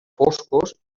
foscos